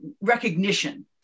recognition